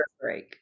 break